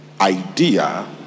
idea